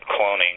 cloning